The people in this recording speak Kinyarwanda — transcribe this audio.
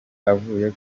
avuye